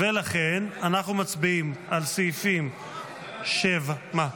ולכן, אנחנו מצביעים על סעיף 7. מה?